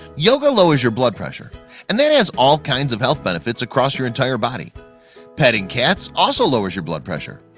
yoga lowers your blood pressure and that has all kinds of health benefits across your entire body petting cats also lowers your blood pressure.